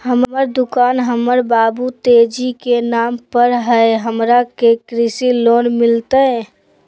हमर दुकान हमर बाबु तेजी के नाम पर हई, हमरा के कृषि लोन मिलतई?